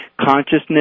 consciousness